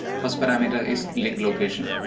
first parameter is link location.